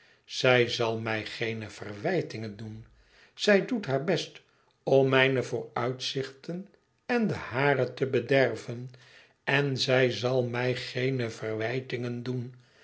zij zal mij geene verwijtingen doen zij doet haar best om mijne vooruitzichten en de hare te bederven en zij zal mij geene verwijtingen doen